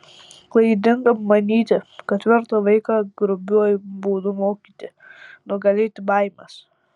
klaidinga manyti kad verta vaiką grubiuoju būdu mokyti nugalėti baimes